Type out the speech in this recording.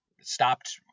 stopped